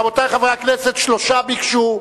רבותי חברי הכנסת, שלושה ביקשו.